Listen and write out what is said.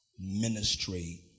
ministry